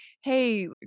hey